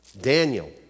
Daniel